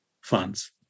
funds